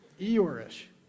Eeyore-ish